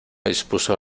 dispuso